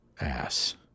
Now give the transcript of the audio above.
Ass